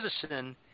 citizen